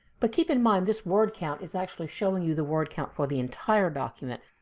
but keep in mind this word count is actually showing you the word count for the entire document,